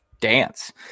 dance